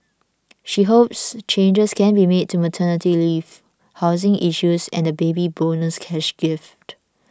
she hopes changes can be made to maternity leave housing issues and the Baby Bonus cash gift